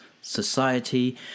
society